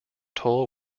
toll